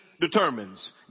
Determines